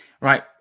Right